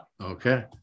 okay